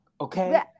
okay